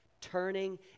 turning